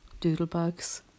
doodlebugs